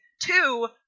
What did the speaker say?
Two